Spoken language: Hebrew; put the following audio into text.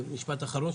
משפט אחרון,